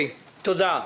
תודה.